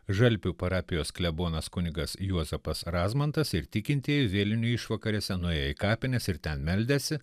žalpių parapijos klebonas kunigas juozapas razmantas ir tikintieji vėlinių išvakarėse nuėję į kapines ir ten meldęsi